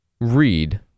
read